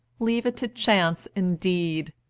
leave it to chance indeed!